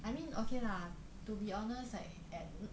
I mean okay lah to be honest like at